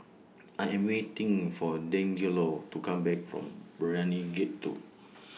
I Am waiting For Deangelo to Come Back from Brani Gate two